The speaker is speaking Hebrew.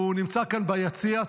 הוא נמצא כאן ביציע,